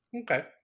Okay